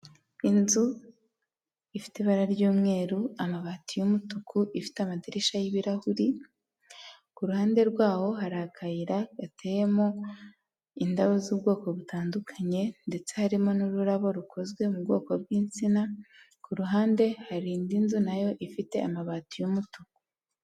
Inzu ifite ibara ry'umweru amabati y'umutuku ifite amadirishya y'ibirahuri, ku ruhande rwaho hari akayira gateyemo indabo z'ubwoko butandukanye ndetse harimo n'ururabo rukozwe mu bwoko bw'insina, ku ruhande hari indi nzu na yo ifite amabati y'umutuku.